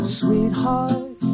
sweetheart